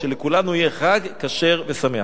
שלכולנו יהיה חג כשר ושמח.